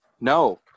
No